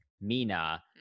mina